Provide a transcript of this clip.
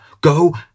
go